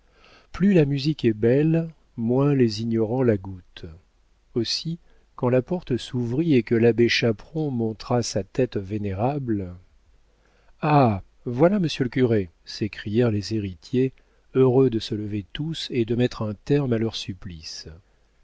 plus la musique est belle moins les ignorants la goûtent aussi quand la porte s'ouvrit et que l'abbé chaperon montra sa tête vénérable ah voilà monsieur le curé s'écrièrent les héritiers heureux de se lever tous et de mettre un terme à leur supplice